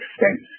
extent